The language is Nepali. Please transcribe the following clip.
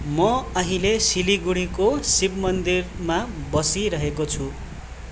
म अहिले सिलगगढीको शिवमन्दिरमा बसिरहेको छु